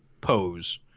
pose